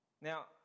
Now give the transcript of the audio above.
Now